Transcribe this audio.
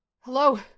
Hello